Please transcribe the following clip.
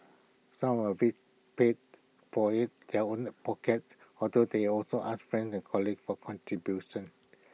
some of IT paid for IT their own pockets although they also ask friends and colleagues for contributions